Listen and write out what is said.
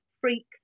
Freak